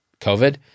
COVID